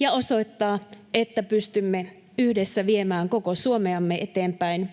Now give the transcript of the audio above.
ja osoittaa, että pystymme yhdessä viemään koko Suomeamme eteenpäin